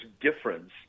difference